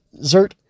Zert